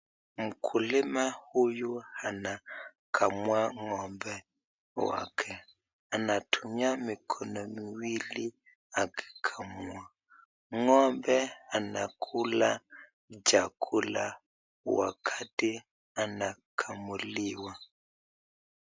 Mkulima huyu anakamua ng'ombe wake. Anatumia mikono miwili akikamua, ng'ombe anakula chakula wakati anakamuliwa.